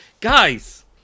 guys